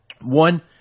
one –